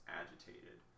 agitated